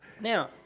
Now